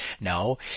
No